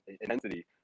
intensity